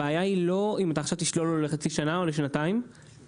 הבעיה היא לא אם אתה עכשיו תשלול לו לחצי שנה או לשנתיים אלא